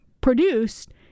produced